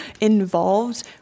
involved